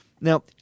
Now